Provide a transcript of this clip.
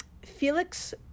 Felix